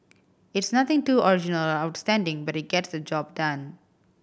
it's nothing too original or outstanding but it gets the job done